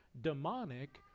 demonic